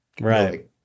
Right